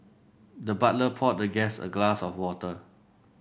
the butler poured the guest a glass of water